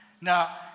Now